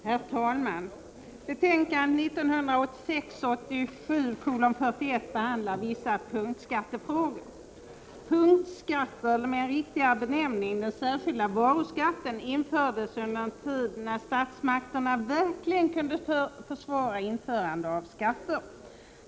Herr talman! Betänkandet 1986/87:41 behandlar vissa punktskattefrågor. Punktskatter, eller med en riktigare benämning, den särskilda varuskatten, infördes under en tid när statsmakten verkligen kunde försvara införandet av skatter.